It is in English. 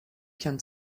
can